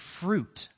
fruit